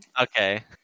Okay